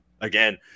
again